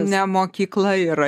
ne mokykla yra